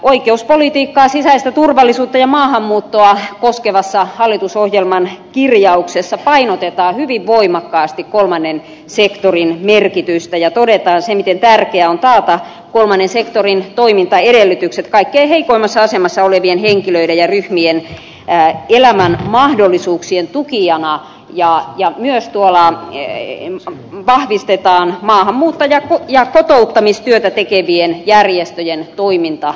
oikeuspolitiikkaa sisäistä turvallisuutta ja maahanmuuttoa koskevassa hallitusohjelman kirjauksessa painotetaan hyvin voimakkaasti kolmannen sektorin merkitystä ja todetaan se miten tärkeää on taata kolmannen sektorin toimintaedellytykset kaikkein heikoimmassa asemassa olevien henkilöiden ja ryhmien elämän mahdollisuuksien tukijana ja myös vahvistetaan maahanmuutto ja kotouttamistyötä tekevien järjestöjen toimintaedellytyksiä